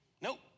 Nope